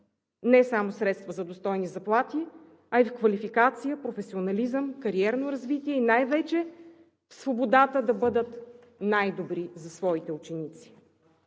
не само средства за достойни заплати, а и в квалификация, професионализъм, кариерно развитие и най-вече свободата да бъдат най-добри за своите ученици.